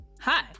Hi